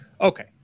Okay